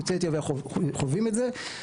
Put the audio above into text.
יוצאי אתיופיה חווים את זה.